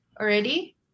already